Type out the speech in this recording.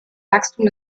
wachstum